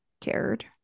cared